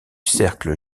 cercle